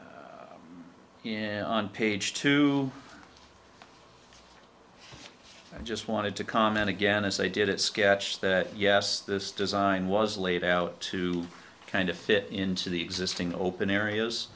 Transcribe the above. seven on page two i just wanted to comment again as they did at sketch that yes this design was laid out to kind of fit into the existing open areas